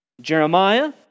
Jeremiah